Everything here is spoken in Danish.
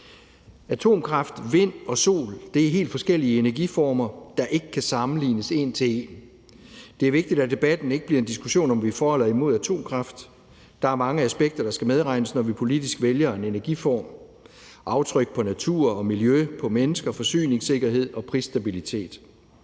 Atomkraft, vindenergi og solenergi er helt forskellige energiformer, der ikke kan sammenlignes en til en. Det er vigtigt, at debatten ikke bliver en diskussion om, om vi er for eller imod atomkraft. Der er mange aspekter, der skal medregnes, når vi politisk vælger en energiform – aftryk på natur og miljø, på mennesker, forsyningssikkerhed og prisstabilitet.